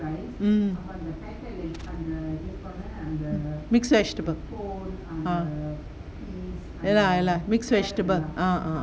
mm mixed vegetable ya lah ya lah mixed vegetable uh uh uh